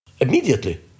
immediately